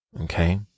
Okay